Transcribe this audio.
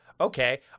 okay